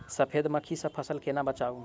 सफेद मक्खी सँ फसल केना बचाऊ?